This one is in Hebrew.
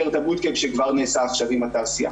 מה שעשינו.